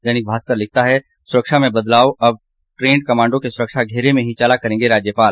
दैनिक भास्कर लिखता है सुरक्षा में बदलाव अब ट्रेंड कमाडों के सुरक्षा घेरे में ही चला करेंगे राज्यपाल